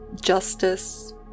justice